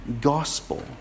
gospel